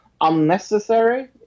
unnecessary